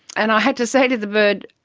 and i had to say to the bird,